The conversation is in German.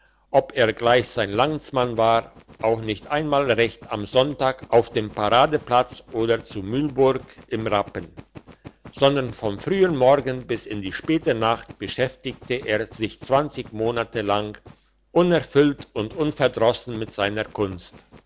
ob er gleich sein landsmann war auch nicht einmal recht am sonntag auf dem paradeplatz oder zur mühlburg im rappen sondern vom frühen morgen bis in die späte nacht beschäftigte er sich zwanzig monate lang unerfüllte und unverdrossen mit seiner kunst